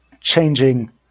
changing